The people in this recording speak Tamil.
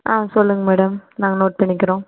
ஆ சொல்லுங்கள் மேடம் நாங்கள் நோட் பண்ணிக்கிறோம்